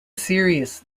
serious